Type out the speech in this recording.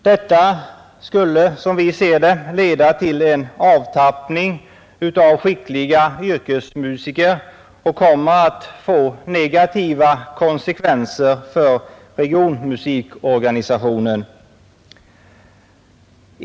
Detta skulle leda till en avtappning av skickliga yrkesmusiker och få negativa konsekvenser för regionmusikorganisationen.